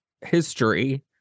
history